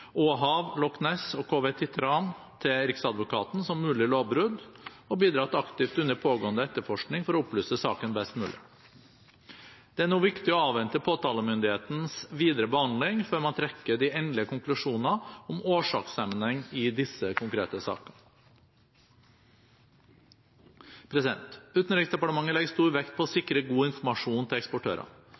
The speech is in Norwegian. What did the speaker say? og KV «Titran» til Riksadvokaten som mulige lovbrudd og bidratt aktivt under pågående etterforskning for å opplyse saken best mulig. Det er nå viktig å avvente påtalemyndighetens videre behandling før man trekker de endelige konklusjonene om årsakssammenheng i disse konkrete sakene. Utenriksdepartementet legger stor vekt på å sikre god informasjon til